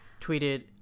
tweeted